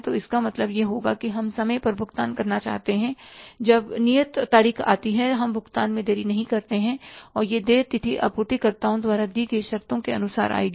तो इसका मतलब यह होगा कि हम समय पर भुगतान करना चाहते हैं जब नियत तारीख आती है हम भुगतान में देरी नहीं करते हैं और यह देय तिथि आपूर्तिकर्ताओं द्वारा दी गई शर्तों के अनुसार आएगी